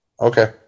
okay